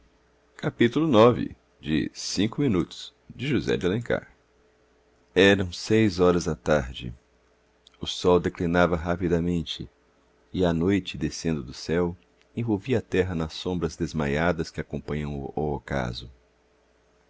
desejo eram seis horas da tarde o sol declinava rapidamente e a noite descendo do céu envolvia a terra nas sombras desmaiadas que acompanhavam o ocaso